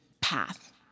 path